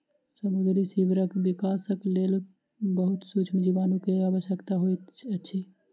समुद्री सीवरक विकासक लेल बहुत सुक्ष्म जीवाणु के आवश्यकता होइत अछि